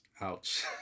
Ouch